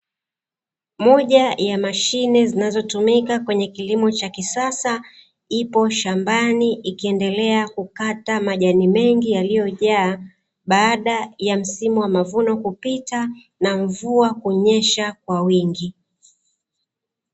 Moja ya mashine zinazotumika kwenye kilimo cha kisasa, ipo shambani ikiendelea kukata majani mengi yaiyojaa baada ya msimu wa mavuno kupita, na mvua kunyesha kwa wingi.